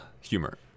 humor